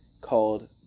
called